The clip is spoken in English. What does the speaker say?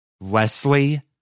Leslie